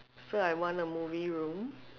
so I want a movie room